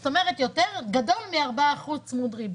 זאת אומרת, יותר גדול מ-4% צמוד ריבית.